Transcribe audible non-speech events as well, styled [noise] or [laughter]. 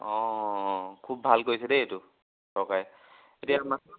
অ খুব ভাল কৰিছে দেই এইটো চৰকাৰে এতিয়া [unintelligible]